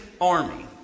Army